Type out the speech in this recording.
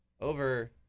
over